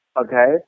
Okay